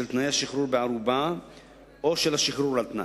תנאי השחרור בערובה או של השחרור על-תנאי.